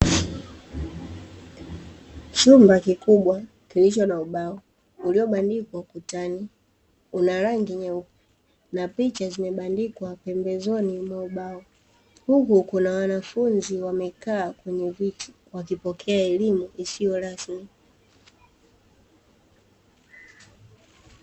Chumba kikubwa kilicho na ubao uliobandikwa ukutani, una rangi nyeupe na picha zimebandikwa pembezoni mwa ubao, huku kuna wanafunzi wamekaa kwenye viti wakipokea elimu isiyo rasmi.